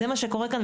זה מה שקורה כאן,